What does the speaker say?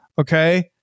Okay